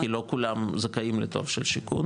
כי לא כולם זכאים לתור של שיכון.